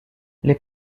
les